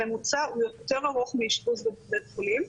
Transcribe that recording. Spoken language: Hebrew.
הממוצע הוא יותר ארוך מאשפוז בבית חולים.